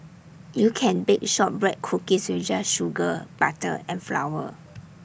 you can bake Shortbread Cookies just with sugar butter and flour